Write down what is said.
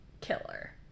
killer